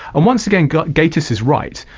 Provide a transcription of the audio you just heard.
and once again gatiss is right,